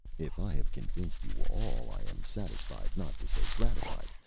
if i have convinced you all i am satisfied, not to say gratified.